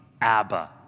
Abba